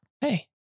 Hey